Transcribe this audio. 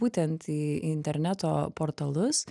būtent į interneto portalus